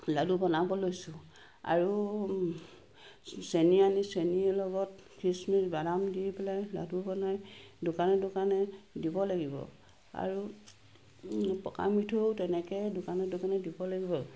লাডু বনাব লৈছো আৰু চেনি আনি চেনি লগত খিচমিচ বাদাম দি পেলাই লাডু বনাই দোকানে দোকানে দিব লাগিব আৰু পকামিঠৈয়ো তেনেকৈ দোকানে দোকানে দিব লাগিব